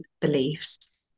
beliefs